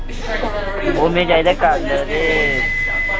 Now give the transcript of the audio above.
ओह् मैं चाहिदा कल ते